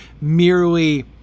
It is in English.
merely